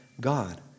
God